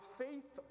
faith